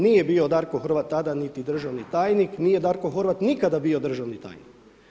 Nije bio Darko Horvat tada niti državni tajnik nije Darko Horvat nikada bio državni tajnik.